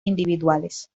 individuales